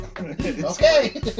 Okay